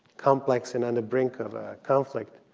complex and on the brink of conflict